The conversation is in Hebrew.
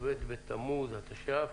כ"ב בתמוז התש"ף.